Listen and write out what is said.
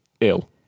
ill